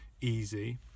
easy